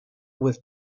with